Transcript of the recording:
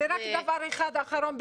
ורק דבר אחד אחרון,